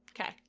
Okay